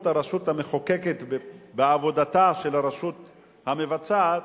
הרשות המחוקקת בעבודתה של הרשות המבצעת,